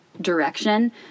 direction